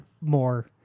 more